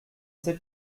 sais